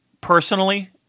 personally